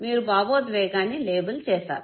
మీరు భావోద్వేగాన్ని లేబిల్ చేశారు